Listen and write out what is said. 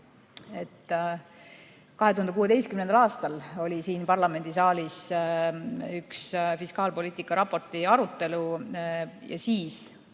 2016. aastal oli siin parlamendisaalis ühe fiskaalpoliitika raporti arutelu ja siis